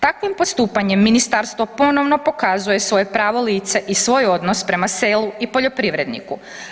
Takvim postupanjem Ministarstvo ponovno pokazuje svoje pravo lice i svoj odnos prema selu i poljoprivredniku.